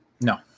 No